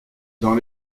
dans